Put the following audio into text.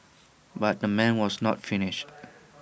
but the man was not finished